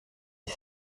dix